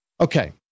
Okay